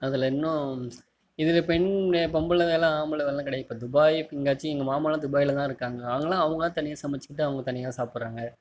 அதில் இன்னும் இதில் பெண் பொம்பளை வேலை ஆம்பளை வேலையெல்லாம் கிடையாது இப்போ துபாய் எங்காச்சும் எங்கள் மாமாலாம் துபாயில்தான் இருக்காங்க அவங்களாம் அவங்களா தனியாக சமைத்துக்கிட்டு அவங்க தனியாக சாப்புடுறாங்க